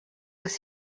les